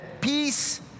peace